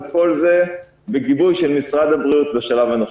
וכל זה בגיבוי של משרד הבריאות בשלב הנוכחי.